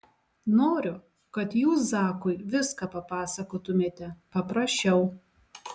noriu kad jūs zakui viską papasakotumėte paprašiau